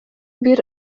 бир